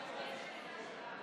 עשר דקות,